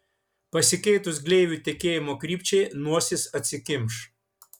pasikeitus gleivių tekėjimo krypčiai nosis atsikimš